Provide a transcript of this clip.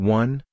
one